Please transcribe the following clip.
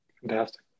Fantastic